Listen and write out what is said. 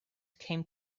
came